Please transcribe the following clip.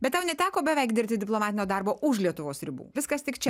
bet tau neteko beveik dirbti diplomatinio darbo už lietuvos ribų viskas tik čia